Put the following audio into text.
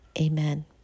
Amen